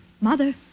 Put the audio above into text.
Mother